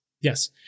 Yes